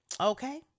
Okay